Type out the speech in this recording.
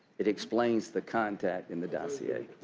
it explains the contact in the dossier.